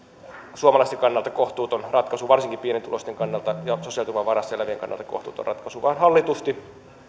suomalaisten kannalta kohtuuton ratkaisu varsinkin pienituloisten kannalta ja sosiaaliturvan varassa elävien kannalta kohtuuton ratkaisu vaan hallitusti